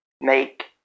make